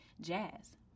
Jazz